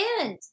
end